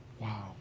wow